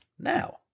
Now